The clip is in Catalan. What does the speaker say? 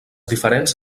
diferents